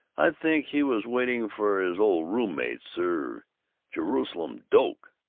i think he was waiting for his old roommate, sir jerusalem doak.